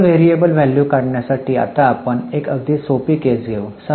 निव्वळ realizable value काढण्यासाठी आता आपण एक अगदी सोपी केस घेऊ